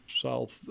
South